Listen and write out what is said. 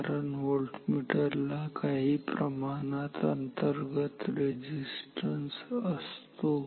कारण व्होल्टमीटर ला काही प्रमाणात अंतर्गत रेझिस्टन्स असतो